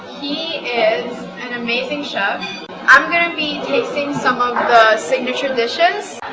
he is an amazing chef i'm going to be tasting some of the signature dishes